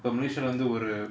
commission வந்து ஒரு:vanthu oru